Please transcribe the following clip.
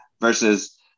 Versus